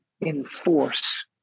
enforce